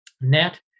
net